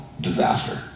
disaster